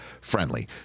friendly